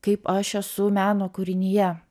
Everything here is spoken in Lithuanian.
kaip aš esu meno kūrinyje